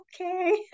okay